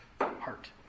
heart